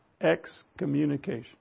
excommunication